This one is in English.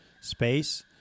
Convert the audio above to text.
space